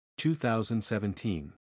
2017